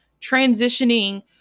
transitioning